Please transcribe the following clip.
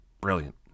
brilliant